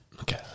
Okay